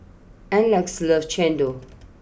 Aleck loves Chendol